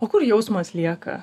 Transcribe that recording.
o kur jausmas lieka